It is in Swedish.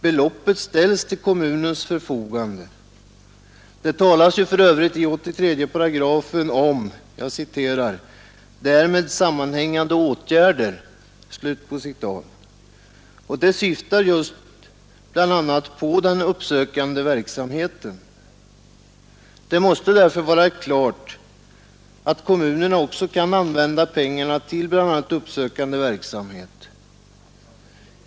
Beloppet ställs till kommunens förfogande. Det talas för övrigt i 83 § om ”härmed sammanhängande åtgärder”. Detta uttryck syftar bl.a. just på den uppsökande verksamheten. Det måste därför vara klart att kommunerna också kan använda pengarna till bl.a. uppsökande verksamhet.